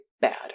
bad